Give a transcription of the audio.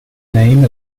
name